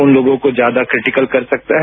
उन लोगों को ज्यादा क्रिटिकल कर सकता है